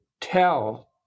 tell